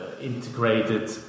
integrated